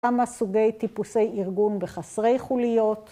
כמה סוגי טיפוסי ארגון בחסרי חוליות.